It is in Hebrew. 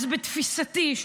אז בתפיסתי,